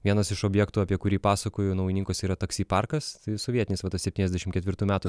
vienas iš objektų apie kurį pasakoju naujininkuos yra taksi parkas sovietinis va tas septyniasdešim ketvirtų metų